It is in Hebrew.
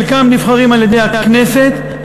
חלקם נבחרים על-ידי הכנסת,